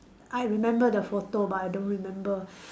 I remember the photo but I don't remember